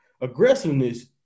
aggressiveness